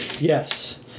Yes